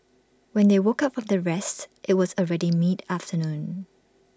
when they woke up from their rest IT was already mid afternoon